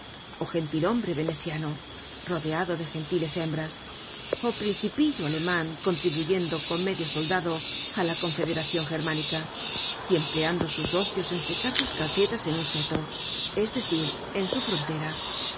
beauceron ó gentil-hombre veneciano rodeado de gentiles hembras ó principillo aleman contribuyendo con medio soldado á la confederacion germánica y empleando sus ocios en secar sus calcetas en un seto es decir en su frontera